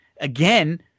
Again